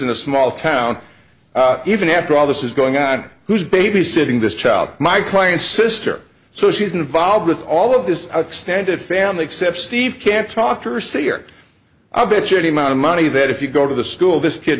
in a small town even after all this is going on who's babysitting this child my client's sister so she's involved with all of this extended family except steve can't talk or say here i bet you any amount of money that if you go to the school this kid